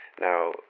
now